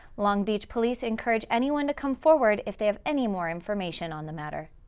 long beach police encourage anyone to come forward if they have any more information on the matter.